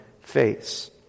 face